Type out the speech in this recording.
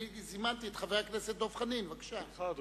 זימנתי את חבר הכנסת דב חנין, בבקשה.